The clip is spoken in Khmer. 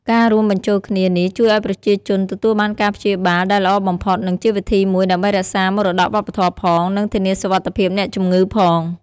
ការរួមបញ្ចូលគ្នានេះជួយឱ្យប្រជាជនទទួលបានការព្យាបាលដែលល្អបំផុត និងជាវិធីមួយដើម្បីរក្សាមរតកវប្បធម៌ផង និងធានាសុវត្ថិភាពអ្នកជំងឺផង។